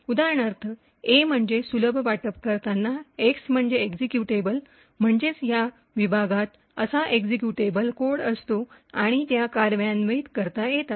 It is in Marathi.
उदाहरणार्थ ए म्हणजे सुलभ वाटप करताना एक्स म्हणजे एक्झिक्युटेबल म्हणजेच या विभागात असा एक्झिक्युटेबल कोड असतो आणि त्या कार्यान्वित करता येतात